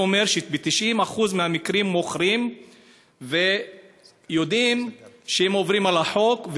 זה אומר ש-90% מוכרים ויודעים שהם עוברים על החוק,